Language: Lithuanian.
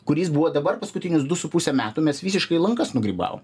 kuris buvo dabar paskutinius du su puse metų mes visiškai lankas nugrybavom